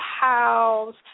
house